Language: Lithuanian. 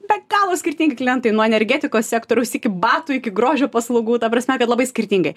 be galo skirtingi klientai nuo energetikos sektoriaus iki batų iki grožio paslaugų ta prasme kad labai skirtingai